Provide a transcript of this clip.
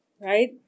right